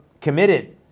committed